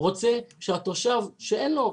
רוצה שהתושב שאין לו,